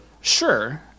Sure